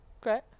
Great